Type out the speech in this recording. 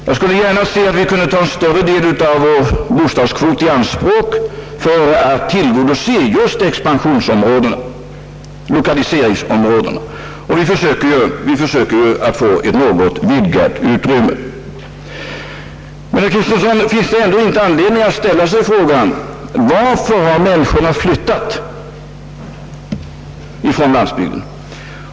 Jag skulle gärna se att vi kunde ta en större del av vår bostadskvot i anspråk för att tillgodose just expansionsoch lokaliseringsområdena; och vi försöker ju att ge dessa orter ett något vidgat utrymme. Men, herr Kristiansson, finns det ändå inte anledning att ställa sig frågan: Varför har människorna flyttat från landsbygden?